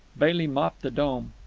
bailey mopped the dome.